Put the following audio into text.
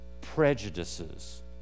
Prejudices